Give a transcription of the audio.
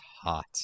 hot